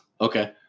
okay